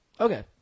Okay